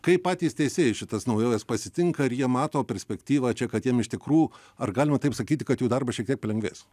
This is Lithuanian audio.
kaip patys teisėjai šitas naujoves pasitinka ar jie mato perspektyvą čia kad jiem iš tikrų ar galima taip sakyti kad jų darbas šiek tiek palengvės